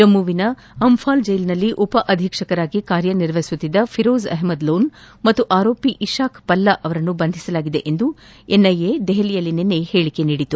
ಜಮ್ಮವಿನ ಅಂಫಾಲ ಜೈಲಿನಲ್ಲಿ ಉಪ ಅಧೀಕ್ಷಕರಾಗಿ ಕಾರ್ಯ ನಿರ್ವಹಿಸುತ್ತಿದ್ದ ಫಿರೋಜ್ ಅಹ್ಮದ್ ಲೋನ್ ಹಾಗೂ ಆರೋಪಿ ಇಶಾಕ್ ಪಲ್ಲಾ ಅವರನ್ನು ಬಂಧಿಸಲಾಗಿದೆ ಎಂದು ಎನ್ಐಎ ದೆಹಲಿಯಲ್ಲಿ ನಿನ್ನೆ ಹೇಳಕೆ ನೀಡಿದೆ